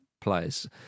players